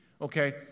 Okay